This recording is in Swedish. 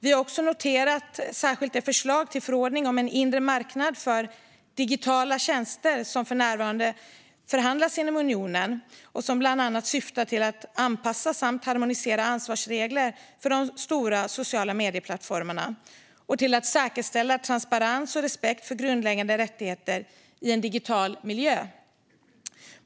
Vi har också noterat särskilt det förslag till förordning om en inre marknad för digitala tjänster som för närvarande förhandlas inom unionen och som bland annat syftar till att anpassa och harmonisera ansvarsregler för de stora sociala medieplattformarna och till att säkerställa transparens och respekt för grundläggande rättigheter i en digital miljö.